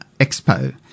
expo